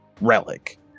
relic